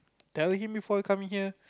tell him before coming here